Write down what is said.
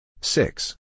Six